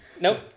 Nope